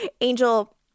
Angel